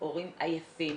הורים עייפים,